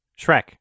Shrek